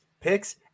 picks